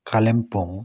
Kalimpong